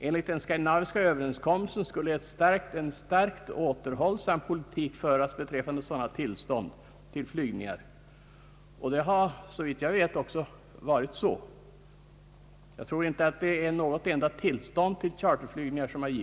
Enligt den skandinaviska överenskommelsen skall en starkt återhållsam politik föras beträffande sådana tillstånd till flygningar, och det har, såvitt jag vet, också varit så. Jag tror att det inte har givits något enda tillstånd till charterflygningar.